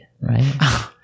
right